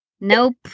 Nope